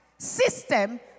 system